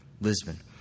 Lisbon